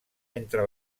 entre